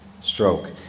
stroke